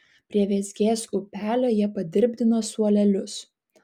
prie vėzgės upelio jie padirbdino suolelius